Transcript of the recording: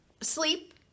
sleep